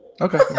Okay